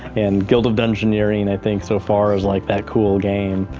and guild of engineering, i think, so far as like that cool game,